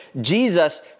Jesus